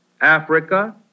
Africa